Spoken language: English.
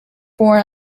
born